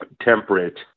temperate